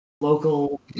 local